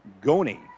Goni